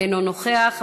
אינו נוכח,